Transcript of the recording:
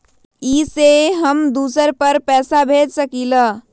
इ सेऐ हम दुसर पर पैसा भेज सकील?